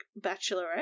bachelorette